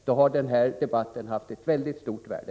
Då har den här debatten haft ett mycket stort värde!